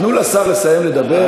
תנו לשר לסיים לדבר.